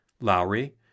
Lowry